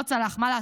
לא צלח, מה לעשות.